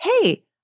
Hey